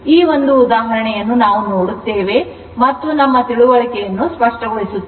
ಈ ಒಂದು ಉದಾಹರಣೆಯನ್ನು ನಾವು ನೋಡುತ್ತೇವೆ ಮತ್ತು ನಾವು ನಮ್ಮ ತಿಳುವಳಿಕೆಯನ್ನು ಸ್ಪಷ್ಟಪಡಿಸುತ್ತೇವೆ